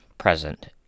present